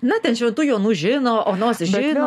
na ten šventų jonų žino onos žino